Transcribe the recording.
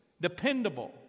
Dependable